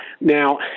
now